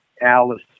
Alice